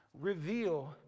reveal